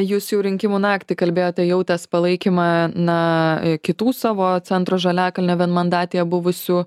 jūs jau rinkimų naktį kalbėjote jautęs palaikymą na kitų savo centro žaliakalnio vienmandatėje buvusių